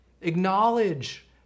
Acknowledge